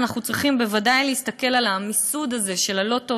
אנחנו בוודאי צריכים להסתכל על המיסוד הזה של הלוטו